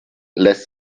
lässt